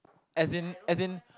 as in as in